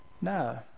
No